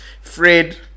Fred